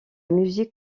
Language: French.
musique